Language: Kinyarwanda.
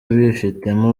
bifitemo